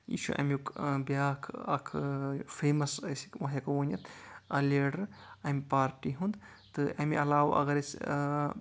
یہِ چھُ اَمیُک بیاکھ اکھ فیمس أسۍ ہٮ۪کو ؤنِتھ لیڈر اَمہِ پارٹی ہُنٛد تہٕ اَمہِ علاوٕ اَگر أسۍ